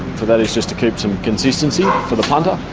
for that is just to keep some consistency for the punter,